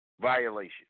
violation